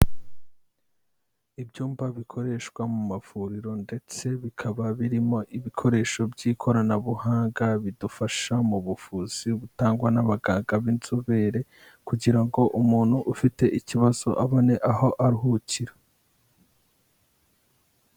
Ibyumba bikoreshwa mu mavuriro ndetse bikaba birimo ibikoresho by'ikoranabuhanga bidufasha mu buvuzi butangwa n'abaganga b'inzobere kugira ngo umuntu ufite ikibazo abone aho aruhukira.